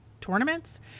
tournaments